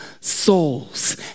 souls